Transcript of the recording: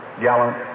gallant